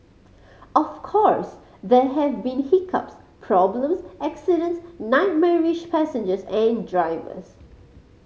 of course there have been hiccups problems accidents nightmarish passengers and drivers